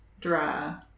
dry